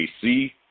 AC